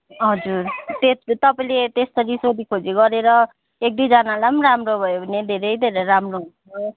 हजुर त्यस तपाईँले त्यसरी सोधी खोजी गरेर एक दुई जनालाई पनि राम्रो भयो भने धेरै धेरै राम्रो हुन्छ